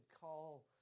call